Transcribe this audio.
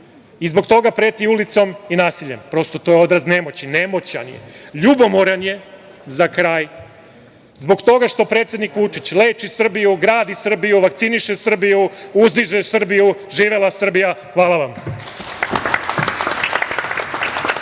i zbog toga preti ulicom i nasiljem. Prosto, to je odraz nemoći, nemoćan je. Ljubomoran je, za kraj, zbog toga što predsednik Vučić leči Srbiju, gradi Srbiju, vakciniše Srbiju, uzdiže Srbiju. Živela Srbija. Hvala vam.